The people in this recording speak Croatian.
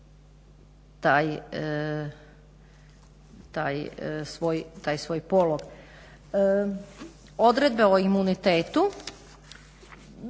taj svoj polog. Odredbe o imunitetu